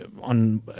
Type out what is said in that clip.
on